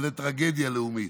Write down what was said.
אבל זו טרגדיה לאומית.